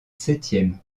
septième